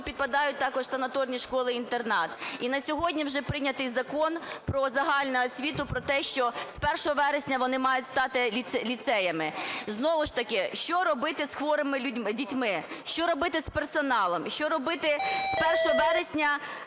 підпадають також санаторні школи-інтернати. І на сьогодні вже прийнятий Закон про загальну освіту, про те, що з 1 вересня вони мають стати ліцеями. Знову ж таки, що робити з хворими дітьми? Що робити з персоналом? І що робити з 1 вересня